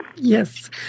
Yes